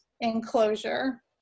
enclosure